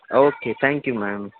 okay thank you ma'am